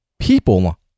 People